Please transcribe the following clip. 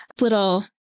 little